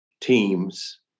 teams